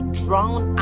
drown